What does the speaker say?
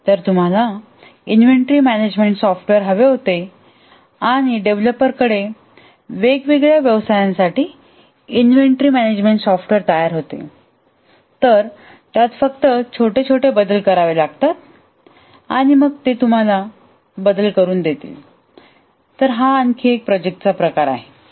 तर तुम्हाला inventory management software हवे होते आणि डेव्हलपर कडे वेगळ्या व्यवसायासाठी इन्व्हेंटरी मॅनेजमेंट सॉफ्टवेअर होते तर त्यात छोटे छोटे बदल करावे लागतील आणि मग ते तुम्हाला देतील तर हा आणखी एक प्रकारचा प्रोजेक्ट आहे